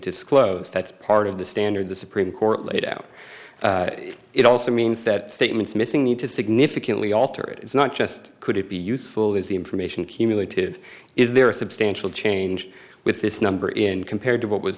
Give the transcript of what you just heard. disclose that's part of the standard the supreme court laid out it also means that statements missing need to significantly alter it is not just could it be useful is the information cumulative is there a substantial change with this number in compared to what was